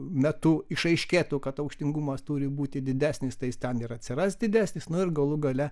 metu išaiškėtų kad aukštingumas turi būti didesnis tai jis ten ir atsiras didesnis nu ir galų gale